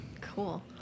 Cool